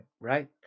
Right